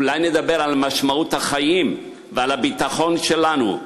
אולי נדבר על משמעות החיים ועל הביטחון שלנו,